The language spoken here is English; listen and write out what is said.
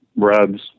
Rubs